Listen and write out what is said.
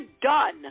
done